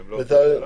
הן לא עובדות שלנו,